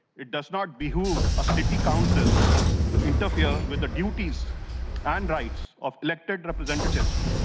it does not behoove a city council to interfere with the duties and rights of elected representatives